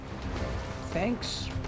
Thanks